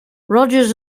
rogers